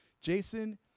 Jason